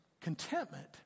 contentment